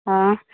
हँ